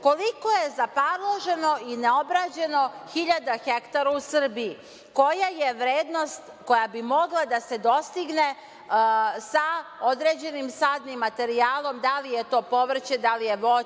koliko je zaparloženo i neobrađeno hiljada hektara u Srbiji? Koja je vrednost koja bi mogla da se dostigne sa određenim sadnim materijalom, da li je to povrće, da li je voće,